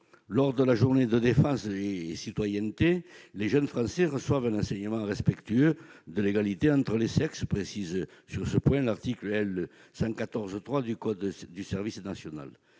Lors de la journée défense et citoyenneté (JDC), les jeunes Français reçoivent un enseignement « respectueux de l'égalité entre les sexes », précise l'article L. 114-3 du code du service national.